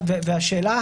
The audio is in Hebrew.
והשאלה,